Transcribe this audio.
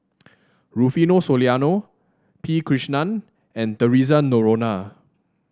Rufino Soliano P Krishnan and Theresa Noronha